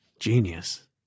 Genius